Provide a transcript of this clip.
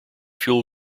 fuel